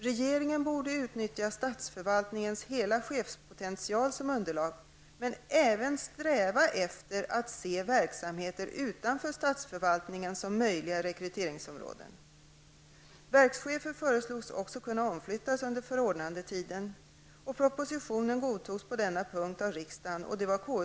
Regeringen borde utnyttja statsförvaltningens hela chefspotential som underlag men även sträva efter att se verksamheter utanför statsförvaltningen som möjliga rekryteringsområden. Verkschefer föreslogs också kunna omflyttas under förordnandetiden.